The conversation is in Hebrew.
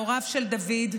הוריו של דוד,